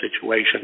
situation